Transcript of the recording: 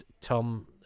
tom